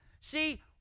See